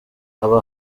aba